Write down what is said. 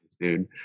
dude